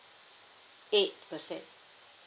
eight percent